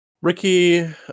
Ricky